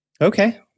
Okay